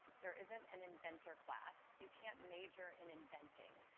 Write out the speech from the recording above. there isn't an inventor class. you can't major in inventing.